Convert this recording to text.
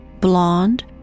Blonde